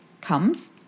comes